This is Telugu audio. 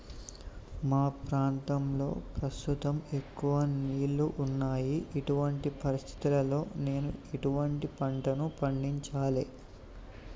మా ప్రాంతంలో ప్రస్తుతం ఎక్కువ నీళ్లు ఉన్నాయి, ఇటువంటి పరిస్థితిలో నేను ఎటువంటి పంటలను పండించాలే?